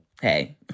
hey